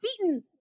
beaten